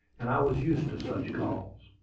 and i was used to such calls.